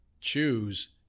choose